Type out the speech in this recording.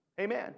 Amen